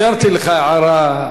אפשרתי לך הערה,